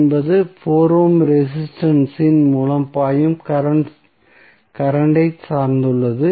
என்பது 4 ohm resistance இன் மூலம் பாயும் கரண்ட் ஐ சார்ந்துள்ளது